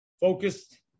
focused